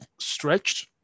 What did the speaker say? stretched